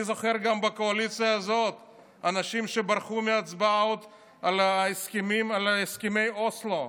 אני זוכר גם בקואליציה הזאת אנשים שברחו מהצבעות על הסכמי אוסלו,